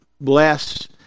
bless